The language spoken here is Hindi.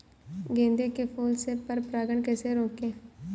गेंदे के फूल से पर परागण कैसे रोकें?